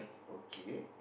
okay